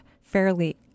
fairly